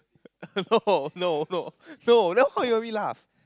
no no no no then why you make me laugh